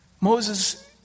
Moses